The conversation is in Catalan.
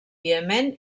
iemen